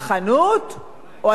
או על-ידי ההוצאה.